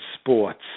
sports